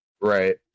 Right